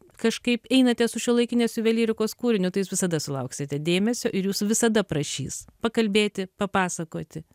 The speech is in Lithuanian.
kažkaip einate su šiuolaikinės juvelyrikos kūriniu tai jūs visada sulauksite dėmesio ir jūsų visada prašys pakalbėti papasakoti